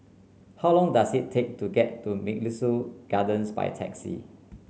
how long does it take to get to Mugliston Gardens by taxi